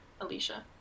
Alicia